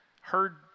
heard